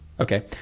Okay